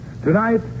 Tonight